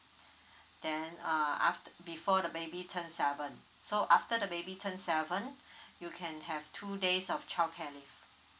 then uh after before the baby turn seven so after the baby turn seven you can have two days of childcare leave